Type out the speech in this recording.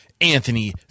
Anthony